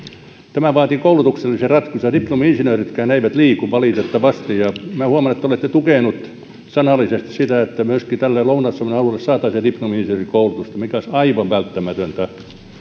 tämä vaatii koulutuksellisia ratkaisuja diplomi insinööritkään eivät liiku valitettavasti ja minä olen huomannut että te olette tukenut sanallisesti sitä että myöskin lounais suomen alueelle saataisiin diplomi insinöörikoulutusta mikä olisi aivan välttämätöntä